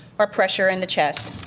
our pressure in the chest.